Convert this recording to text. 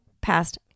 past